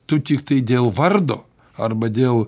tu tiktai dėl vardo arba dėl